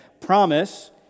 Promise